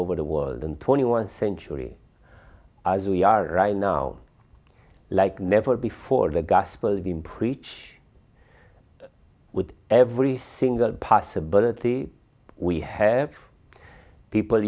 over the world and twenty one century as we are right now like never before the gospel of him preach with every single possibility we have people